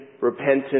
repentance